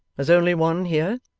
there's only one here